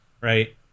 Right